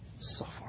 suffer